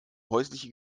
häusliche